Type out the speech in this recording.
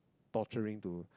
torturing to